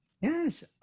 Yes